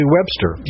Webster